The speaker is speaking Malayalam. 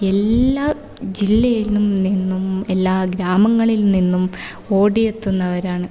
എല്ലാ ജില്ലയില് നിന്നും എല്ലാ ഗ്രാമങ്ങളില് നിന്നും ഓടിയെത്തുന്നവരാണ്